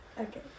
Okay